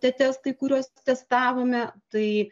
tie testai kuriuos testavome tai